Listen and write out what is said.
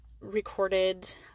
recorded